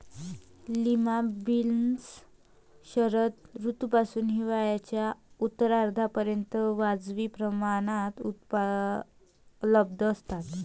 lima beans शरद ऋतूपासून हिवाळ्याच्या उत्तरार्धापर्यंत वाजवी प्रमाणात उपलब्ध असतात